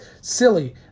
silly